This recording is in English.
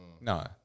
No